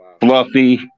Fluffy